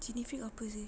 jin ifrit apa seh